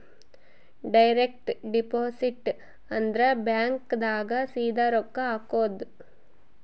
direct deposit ಅಂದ್ರ bank ದಾಗ ಸೀದಾ ರೊಕ್ಕ ಹಾಕೋದು